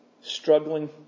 Struggling